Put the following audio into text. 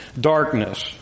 darkness